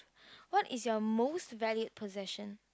what is your most valued possession